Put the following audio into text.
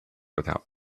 without